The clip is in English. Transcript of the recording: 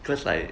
because like